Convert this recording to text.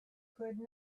could